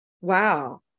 wow